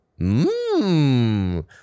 Mmm